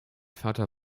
vater